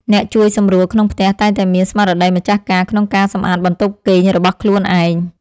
អ្នកជួយសម្រួលក្នុងផ្ទះតែងតែមានស្មារតីម្ចាស់ការក្នុងការសម្អាតបន្ទប់គេងរបស់ខ្លួនឯង។